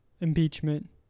impeachment